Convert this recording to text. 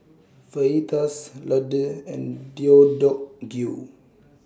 Fajitas Ladoo and Deodeok Gui